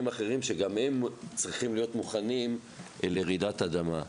אחרים שגם הם צריכים להיות מוכנים לרעידת אדמה.